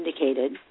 indicated